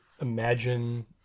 imagine